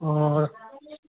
অ